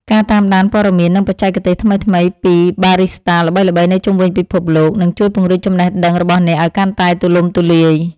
ការតាមដានព័ត៌មាន និងបច្ចេកទេសថ្មីៗពីបារីស្តាល្បីៗនៅជុំវិញពិភពលោក នឹងជួយពង្រីកចំណេះដឹងរបស់អ្នកឱ្យកាន់តែទូលំទូលាយ។